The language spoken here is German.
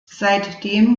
seitdem